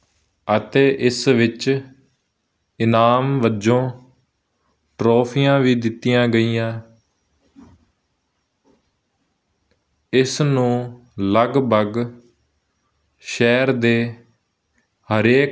ਪੁਰਾਣੇ ਸਮੇਂ ਵਿੱਚ ਮੂਲ ਰੂਪ ਵਿੱਚ ਇਹਨਾਂ ਦੀਆਂ ਦੋ ਸ਼੍ਰੇਣੀਆਂ ਬਣਾਈਆਂ ਜਾਂਦੀਆਂ ਸਨ